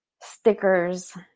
stickers